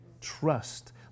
trust